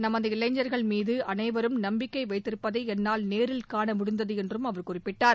நமது இளைஞர்கள் மீது அனைவரும் நம்பிக்கை வைத்திருப்பதை என்னால் நேரில் காணமுடிந்தது என்றும் அவர் கூறினார்